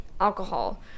alcohol